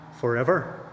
forever